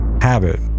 habit